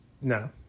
No